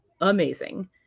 amazing